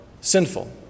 sinful